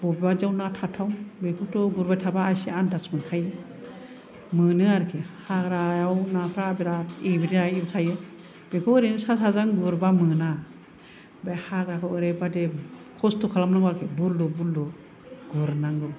बबेबायदि आव ना थाथाव बेखौथ' गुरबाय थाबा एसे आनदाज मोनखायो मोनो आरोखि हाग्रायाव नाफ्रा बिरात एब्रेनानै थायो बेखौ ओरैनो सा साज्रां गुरबा मोना बे हाग्राखौ ओरैबायदि खस्थ' खालामनांगौ आरोखि बुरलु बुरलु गुरनांगौ